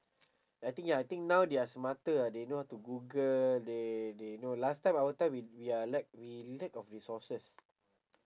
I think ya I think now they're smarter ah they know how to google they they know last time our time we we are lack we lack of resources